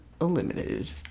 eliminated